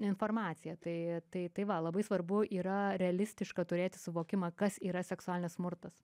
informacija tai tai tai va labai svarbu yra realistišką turėt suvokimą kas yra seksualinis smurtas